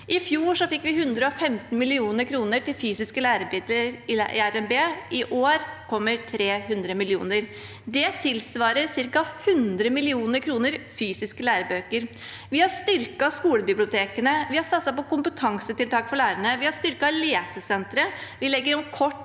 I fjor fikk vi 115 mill. kr til fysiske læremidler i RNB, i år kommer det 300 mill. kr. Det tilsvarer ca. 100 mill. kr til fysiske lærebøker. Vi har styrket skolebibliotekene, vi har satset på kompetansetiltak for lærerne, vi har styrket Lesesenteret, vi legger om kort